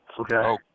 okay